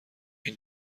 این